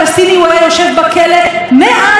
אבל כשהוא ניסה לדקור אותה אז הוא קיבל